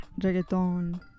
reggaeton